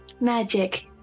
magic